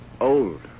old